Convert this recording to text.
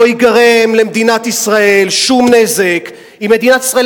לא ייגרם למדינת ישראל שום נזק אם מדינת ישראל,